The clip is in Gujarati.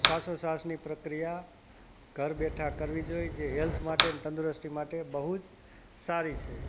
શ્વાસોશ્વાસની પ્રક્રિયા ઘર બેઠા કરવી જોઈ જે હેલ્થ માટે ને તંદુરસ્તી માટે બહુ જ સારી છે